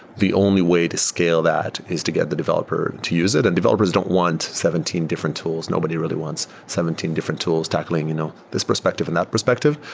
the only way to scale that is to get the developer to use it, and developers don't want seventeen different tools. nobody really wants seventeen different tools tackling you know this perspective and that perspective.